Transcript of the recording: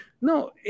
No